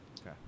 Okay